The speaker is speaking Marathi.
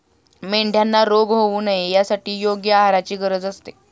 मेंढ्यांना रोग होऊ नये यासाठी योग्य आहाराची गरज असते